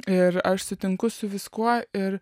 ir aš sutinku su viskuo ir